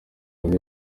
byo